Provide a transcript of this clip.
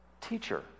Teacher